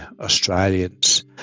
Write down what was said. Australians